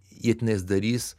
jie tenais darys